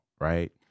right